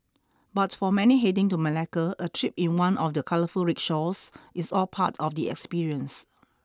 but for many heading to Malacca a trip in one of the colourful rickshaws is all part of the experience